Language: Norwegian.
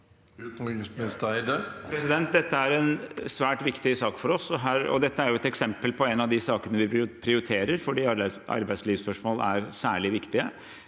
Espen Barth Eide Det- te er en svært viktig sak for oss. Dette er et eksempel på en av de sakene vi prioriterer, for arbeidslivsspørsmål er særlig viktige.